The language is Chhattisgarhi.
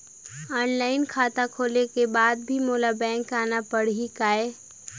ऑनलाइन खाता खोले के बाद भी मोला बैंक आना पड़ही काय?